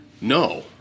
No